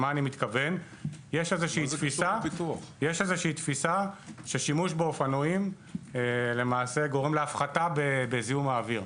כלומר יש תפיסה ששימוש באופנועים גורם להפחתה בזיהום האוויר.